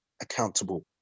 accountable